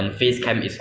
各班你们开吗